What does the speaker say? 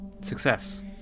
Success